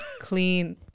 clean